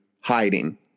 hiding